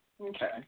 Okay